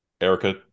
erica